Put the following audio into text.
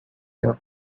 york